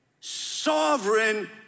sovereign